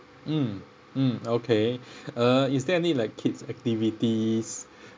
mm mm okay uh is there any like kids activities